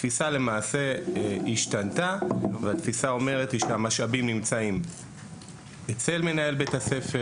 התפיסה השתנתה ואומרת שהמשאבים נמצאים אצל מנהל ביה"ס,